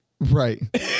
Right